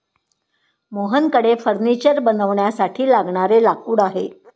मोहनकडे फर्निचर बनवण्यासाठी लागणारे लाकूड आहे